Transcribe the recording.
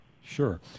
sure